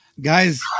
Guys